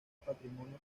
patrimonio